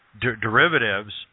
derivatives